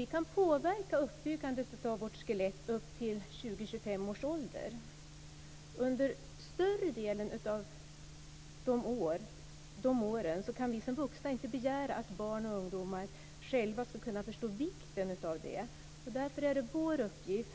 Vi kan påverka uppbyggandet av skelettet upp till 20-25 års ålder. Under större delen av dessa år kan vi vuxna inte begära att barn och ungdomar själva ska förstå vikten av detta. Därför är det vår uppgift